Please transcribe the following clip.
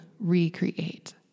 recreate